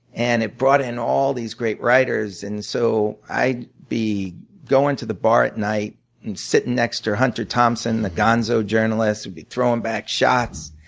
and it brought in all these great writers. and so i'd be going to the bar at night and sitting next to hunter thompson, the gonzo journalist who'd be throwing back shots.